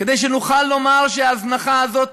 כדי שנוכל לומר שההזנחה הזאת